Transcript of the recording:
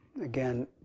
Again